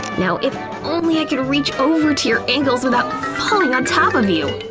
now if only i could reach over to your ankles without falling on top of you,